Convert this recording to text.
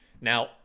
now